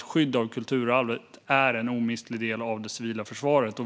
skyddet av kulturarvet är en omistlig del av det civila försvaret.